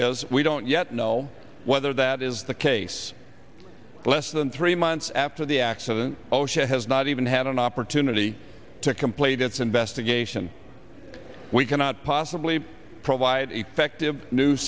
is we don't yet know whether that is the case less than three months after the accident osha has not even had an opportunity to complete its investigation we cannot possibly provide effective new